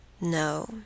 No